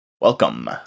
Welcome